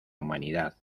humanidad